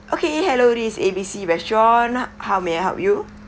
okay hello this A B C restaurant how may I help you